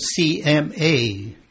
CMA